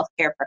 healthcare